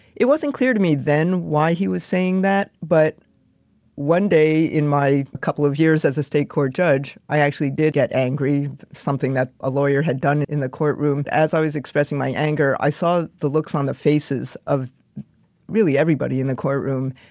it wasn't clear to me then why he was saying that. but one day in my couple of years as a state court judge, i actually did get angry, something that a lawyer had done in the courtroom. as i was expressing my anger. i saw the looks on the faces of really everybody in the courtroom.